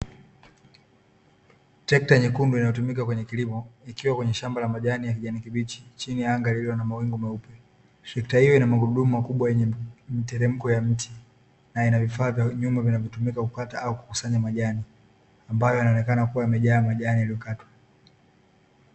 Trekta nyekundu inayotumika kwenye kilimo, ikiwa kwenye shamba la majani ya kijani kibichi chini ya anga lililo na mawingu meupe makubwa yenye mteremko ya mti na ina vifaa vya nyumba, vinavyotumika kukata au kukusanya majani ambayo yanaonekana kuwa yamejaa majani yaliyokatwa.